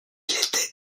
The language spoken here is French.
était